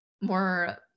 more